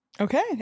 Okay